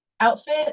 outfit